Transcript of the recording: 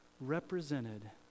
represented